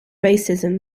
racism